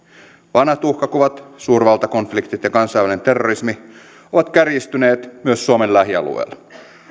vanhat uhkakuvat suurvaltakonfliktit ja kansainvälinen terrorismi ovat kärjistyneet myös suomen lähialueilla